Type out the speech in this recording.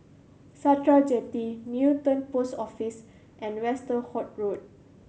Sakra Jetty Newton Post Office and Westerhout Road